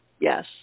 Yes